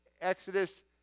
Exodus